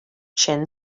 chin